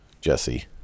Jesse